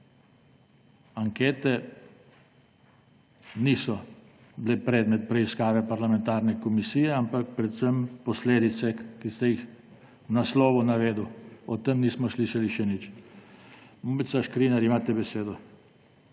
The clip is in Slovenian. Ankete niso bile predmet preiskave parlamentarne komisije, ampak predvsem posledice, ki sem jih v naslovu navedel. O tem nismo slišali še nič. − Mojca Škrinjar, imate besedo.